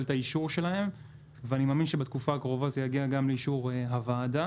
את האישור שלהן ואני מאמין שבתקופה הקרובה זה יגיע לאישור הוועדה.